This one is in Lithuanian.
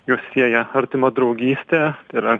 juos sieja artima draugystė yra